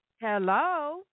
Hello